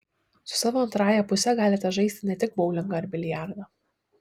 su savo antrąja puse galite žaisti ne tik boulingą ar biliardą